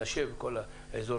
שלא רוצים לקבל את השדה.